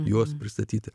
juos pristatyti